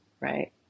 right